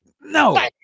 No